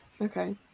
Okay